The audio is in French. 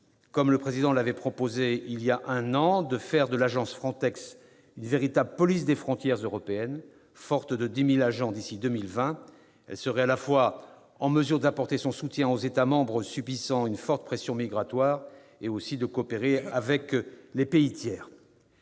de la République l'avait proposé voilà un an, de faire de l'agence FRONTEX une véritable police des frontières européenne, forte de 10 000 agents d'ici à 2020. Celle-ci serait en mesure à la fois d'apporter son soutien aux États membres subissant une forte pression migratoire et de coopérer avec les pays tiers.